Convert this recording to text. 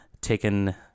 taken